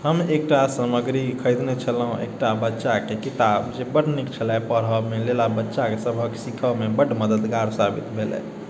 हम एकटा सामग्री खरीदने छलहुँ एकटा बच्चाके किताब जे बड़ नीक छलै पढ़ैमे बच्चा सबके सिखैमे बड़ मददगार साबित भेलै